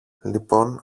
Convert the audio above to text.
λοιπόν